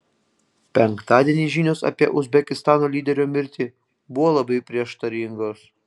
penktadienį žinios apie uzbekistano lyderio mirtį buvo labai prieštaringos